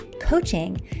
coaching